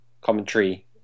commentary